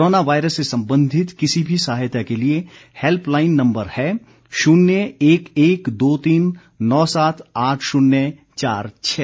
corona virus से संबंधित किसी भी सहायता के लिए हेल्प लाइन नम्बर है शून्य एक एक दो तीन नौ सात आठ शून्य चार छः